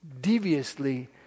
deviously